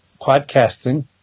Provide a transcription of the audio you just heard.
podcasting